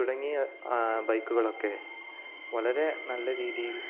തുടങ്ങിയ ബൈക്കുകളൊക്കെ വളരെ നല്ല രീതിയിൽ